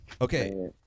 Okay